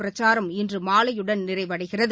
பிரச்சாரம் இன்று மாலையுடன் நிறைவடைகிறது